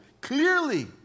clearly